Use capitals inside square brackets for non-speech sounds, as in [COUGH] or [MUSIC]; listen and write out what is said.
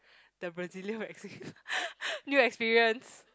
the brazilian waxing [LAUGHS] new experience